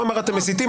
הוא אמר אתם מסיתים,